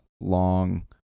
long